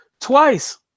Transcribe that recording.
twice